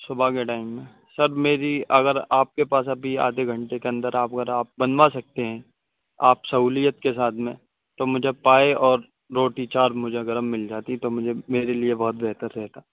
صبح کے ٹائم میں سر میری اگر آپ کے پاس ابھی آدھے گھنٹے کے اندر آپ اگر آپ بنوا سکتے ہیں آپ سہولیت کے ساتھ میں تو مجھے پائے اور روٹی چار مجھے گرم مل جاتیں تو مجھے میرے لیے بہت بہتر رہتا